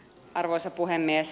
arvoisa puhemies